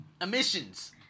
emissions